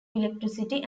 electricity